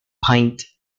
pint